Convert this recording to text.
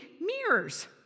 mirrors